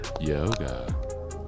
yoga